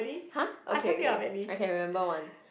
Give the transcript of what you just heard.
!huh! okay okay I can remember one